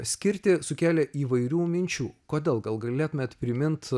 skirti sukėlė įvairių minčių kodėl gal galėtumėt primint